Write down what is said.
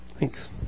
Thanks